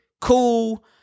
cool